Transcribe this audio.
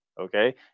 Okay